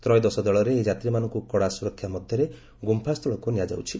ତ୍ରୟୋଦଶ ଦଳରେ ଏହି ଯାତ୍ରୀମାନଙ୍କୁ କଡ଼ା ସୁରକ୍ଷା ମଧ୍ୟରେ ଗୁମ୍ଫାସ୍ଥଳକୁ ନିଆଯାଉଛି